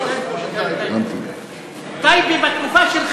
יכול להגיד: גם טיבי, גם טיבי.